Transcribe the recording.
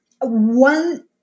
One